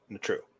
True